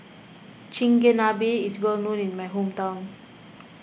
Chigenabe is well known in my hometown